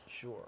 Sure